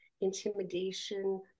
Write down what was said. intimidation